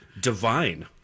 divine